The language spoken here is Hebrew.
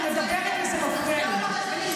אני מדברת, וזה מפריע לי.